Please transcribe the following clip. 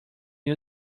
new